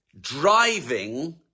driving